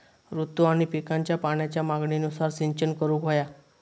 ऋतू आणि पिकांच्या पाण्याच्या मागणीनुसार सिंचन करूक व्हया